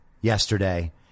yesterday